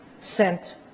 sent